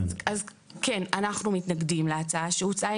אם כך, אנחנו מתנגדים להצעה שהוצעה.